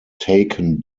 taken